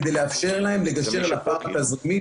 כדי לאפשר להן לגשר על הפער התרימי,